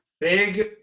Big